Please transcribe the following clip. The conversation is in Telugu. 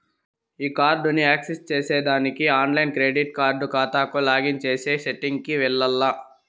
ఈ కార్డుని యాక్సెస్ చేసేదానికి ఆన్లైన్ క్రెడిట్ కార్డు కాతాకు లాగిన్ చేసే సెట్టింగ్ కి వెల్లాల్ల